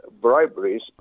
briberies